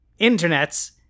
internets